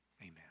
Amen